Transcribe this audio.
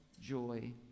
joy